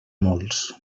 molts